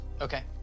Okay